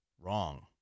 wrong